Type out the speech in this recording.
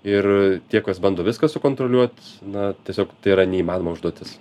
ir tie kas bando viską sukontroliuot na tiesiog tai yra neįmanoma užduotis